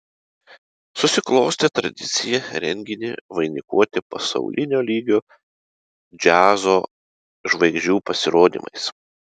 susiklostė tradicija renginį vainikuoti pasaulinio lygio džiazo žvaigždžių pasirodymais